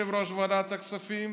יושב-ראש ועדת הכספים,